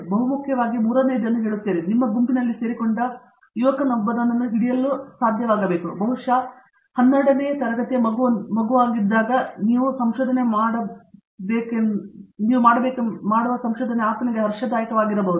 ಬಹು ಮುಖ್ಯವಾಗಿ ನಾನು ಮೂರನೆಯದು ಹೇಳುತ್ತಿದ್ದೇನೆ ನಿಮ್ಮ ಗುಂಪಿನಲ್ಲಿ ಸೇರಿಕೊಂಡ ಯುವಕನೊಬ್ಬನನ್ನು ಹಿಡಿಯಲು ಸಾಧ್ಯವಾಗಿರಬೇಕು ಬಹುಶಃ 12 ನೇ ತರಗತಿಯ ಮಗುವಾಗಿದ್ದು ನೀವು ಮಾಡಬೇಕೆಂಬ ಸಂಶೋಧನೆ ಆತನಿಗೆ ಹರ್ಷಮಾಡಬಹುದು